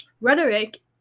rhetoric